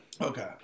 Okay